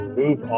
move